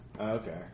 Okay